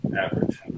average